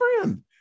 friend